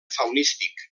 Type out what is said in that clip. faunístic